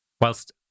whilst